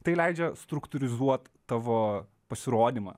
tai leidžia struktūrizuot tavo pasirodymą